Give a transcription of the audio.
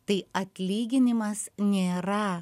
tai atlyginimas nėra